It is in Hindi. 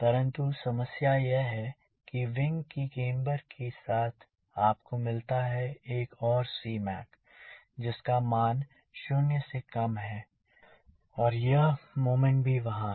परंतु समस्या यह है कि विंग की केम्बर के साथ आपको मिलता है एक और Cmac जिसका मान 0 से कम है और यह मोमेंट भी वहाँ है